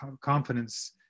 confidence